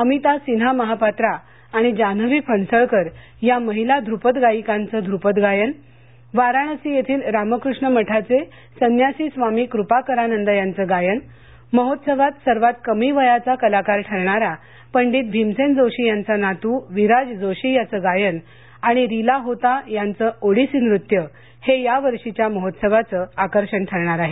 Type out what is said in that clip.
अमिता सिन्हा महापात्रा आणि जान्हवी फणसळकर या महिला ध्रपद गायिकांचं ध्रपद गायन वाराणशी येथील रामकृष्ण मठाचे संन्यासी स्वामी क्रपाकरानंद यांचं गायन महोत्सवात सर्वात कमी वयाचा लहान कलाकार ठरणारा पंडित भीमसेन जोशी यांचा नातू विराज जोशी याचं गायन आणि रीला होता यांचं ओडिसी नृत्य हे या वर्षीच्या महोत्सवाचं आकर्षण ठरणार आहे